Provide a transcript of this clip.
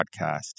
podcast